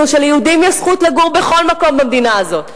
שליהודים יש זכות לגור בכל מקום במדינה הזאת,